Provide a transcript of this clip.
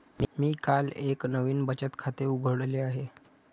मी काल एक नवीन बचत खाते उघडले आहे